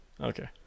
Okay